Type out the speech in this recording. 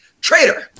Traitor